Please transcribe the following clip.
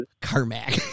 Carmack